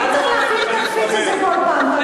אתה לא צריך להפעיל את הקפיץ הזה כל פעם.